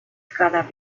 gotta